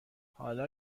حالا